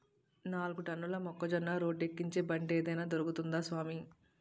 నాలుగు టన్నుల మొక్కజొన్న రోడ్డేక్కించే బండేదైన దొరుకుద్దా సామీ